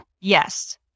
Yes